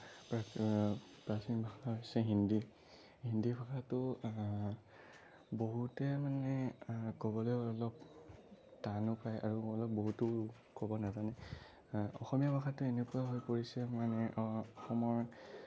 প্ৰাচীন ভাষা হৈছে হিন্দী হিন্দী ভাষাটো বহুতে মানে ক'বলৈ অলপ টানো পাই আৰু অলপ বহুতো ক'ব নাজানে অসমীয়া ভাষাটো এনেকুৱা হৈ পৰিছে মানে অসমৰ